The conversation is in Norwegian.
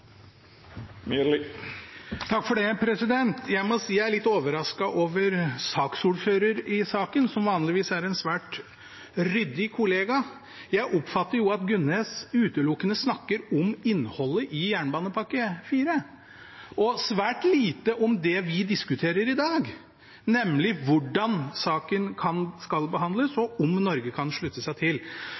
Jeg må si jeg er litt overrasket over saksordføreren i saken, som vanligvis er en svært ryddig kollega. Jeg oppfatter at Gunnes utelukkende snakker om innholdet i jernbanepakke IV, og svært lite om det vi diskuterer i dag, nemlig hvordan saken skal behandles, og om Norge kan slutte seg til.